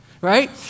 right